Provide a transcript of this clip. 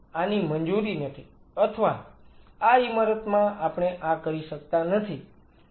આની મંજૂરી નથી અથવા આ ઈમારતમાં આપણે આ કરી શકતા નથી